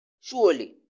Surely